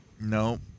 No